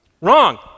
wrong